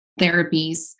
therapies